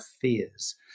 fears